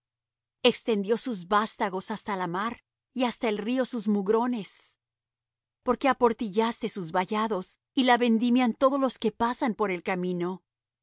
extendió sus vástagos hasta la mar y hasta el río sus mugrones por qué aportillaste sus vallados y la vendimian todos los que pasan por el camino